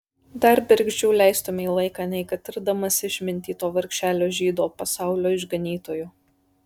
dar bergždžiau leistumei laiką nei kad tirdamas išmintį to vargšelio žydo pasaulio išganytojo